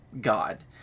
God